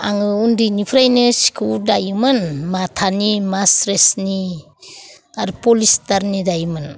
आङो उन्दैनिफ्रायनो सिखौ दायोमोन माथानि मास्रेसनि आरो पलिस्टारनि दायोमोन